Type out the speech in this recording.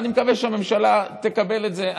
ואני מקווה שהממשלה תקבל את זה.